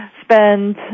spend